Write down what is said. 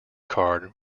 card